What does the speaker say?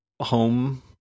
home